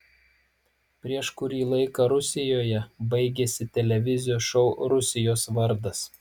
prieš kurį laiką rusijoje baigėsi televizijos šou rusijos vardas